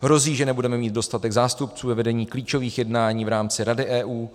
Hrozí, že nebudeme mít dostatek zástupců ve vedení klíčových jednání v rámci Rady EU.